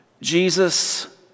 Jesus